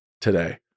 today